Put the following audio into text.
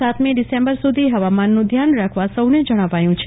સાતમી ડિસેમ્બર સુધી હવામાન નું ધ્યાન રાખવા સૌને જણાવાયું છે